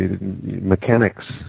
mechanics